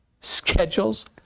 schedules